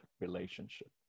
relationship